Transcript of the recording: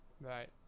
right